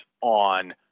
on